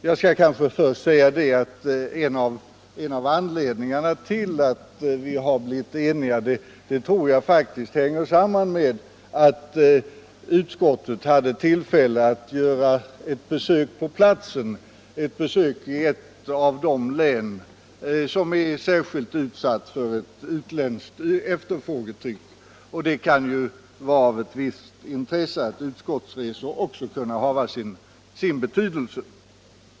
Jag skall kanske först säga att en av anledningarna till att vi har blivit eniga tror jag faktiskt är att utskottet hade tillfälle att göra ett besök i ett av de län som är särskilt utsatta för ett utländskt efterfrågetryck. Och det kan ju vara av ett visst intresse att utskottsresor också har sin betydelse!